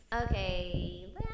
Okay